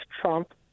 Trump